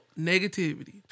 negativity